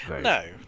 No